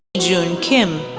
kijoon kim,